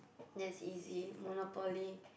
that's easy monopoly